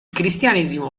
cristianesimo